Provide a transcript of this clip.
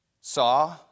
saw